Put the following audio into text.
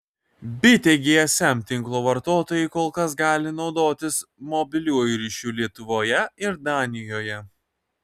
bitė gsm tinklo vartotojai kol kas gali naudotis mobiliuoju ryšiu lietuvoje ir danijoje